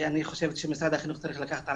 שאני חושבת שמשרד החינוך צריך לקחת על